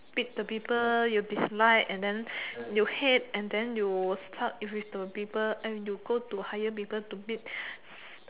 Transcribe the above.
beat the people you dislike and then you hate and then you stuck with the people I mean you go to hire people to beat